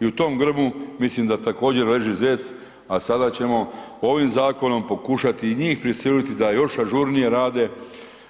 I u tom grmu mislim da također leži zec a sada ćemo ovim zakonom pokušati i njih prisiliti da još ažurnije rade,